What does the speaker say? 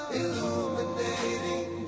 illuminating